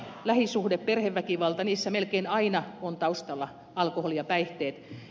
lähisuhde ja perheväkivallassa melkein aina on taustalla alkoholi ja päihteet